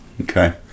okay